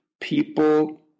people